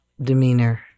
demeanor